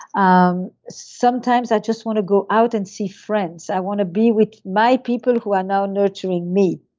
um sometimes i just want to go out and see friends. i want to be with my people who are now nurturing me.